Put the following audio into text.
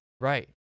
Right